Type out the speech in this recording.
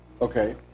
okay